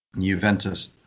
Juventus